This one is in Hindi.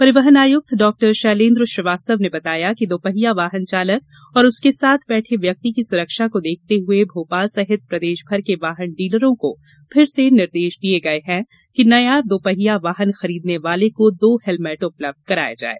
परिवहन आयुक्त डॉ शैलेंद्र श्रीवास्तव ने बताया कि दोपहिया वाहन चालक और उसके साथ बैठे व्यक्ति की सुरक्षा को देखते हुए भोपाल सहित प्रदेशभर के वाहन डीलरों को फिर से निर्देश दिए हैं कि नया दोपहिया वाहन खरीदने वाले को दो हेलमेट उपलब्ध कराएं